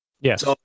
Yes